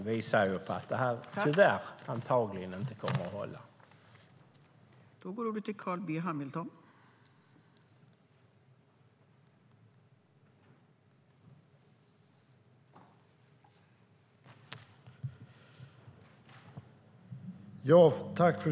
Det visar att det antagligen inte kommer att hålla, tyvärr.